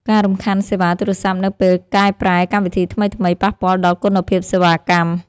ការរំខានសេវាទូរសព្ទនៅពេលកែប្រែកម្មវិធីថ្មីៗ ប៉ះពាល់ដល់គុណភាពសេវាកម្ម។